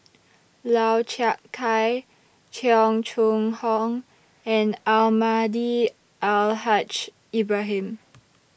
Lau Chiap Khai Cheong Choong Hong and Almahdi Al Haj Ibrahim